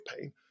pain